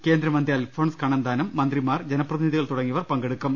കേന്ദ്രമന്ത്രി അൽഫോൻസ് കണ്ണന്താനം മന്ത്രിമാർ ജനപ്രതിനി ധികൾ തുടങ്ങിയവർ പങ്കെടുക്കും